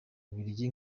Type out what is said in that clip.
bubiligi